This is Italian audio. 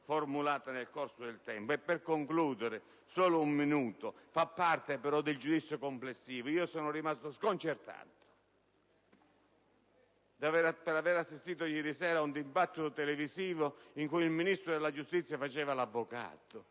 formulate nel corso del tempo. Infine, vorrei esprimere un giudizio complessivo. Sono rimasto sconcertato per aver assistito ieri sera ad un dibattito televisivo in cui il Ministro della giustizia faceva l'avvocato.